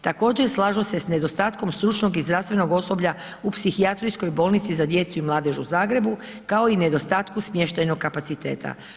Također slažu se s nedostatkom stručnog i zdravstvenog osoblja u Psihijatrijskoj bolnici za djecu i mladež u Zagrebu, kao i nedostatku smještajnog kapaciteta.